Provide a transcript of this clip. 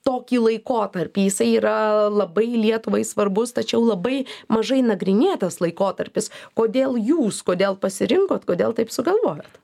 tokį laikotarpį jisai yra labai lietuvai svarbus tačiau labai mažai nagrinėtas laikotarpis kodėl jūs kodėl pasirinkot kodėl taip sugalvojot